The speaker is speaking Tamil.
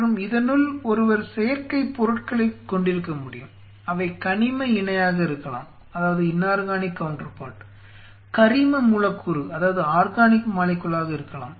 மற்றும் இதனுள் ஒருவர் செயற்கை பொருட்களைக் கொண்டிருக்க முடியும் அவை கனிம இணையாக இருக்கலாம் கரிம மூலக்கூறாக இருக்கலாம்